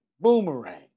boomerang